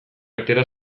atera